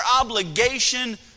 obligation